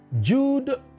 Jude